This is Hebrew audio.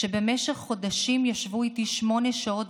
שבמשך חודשים ישבו איתי שמונה שעות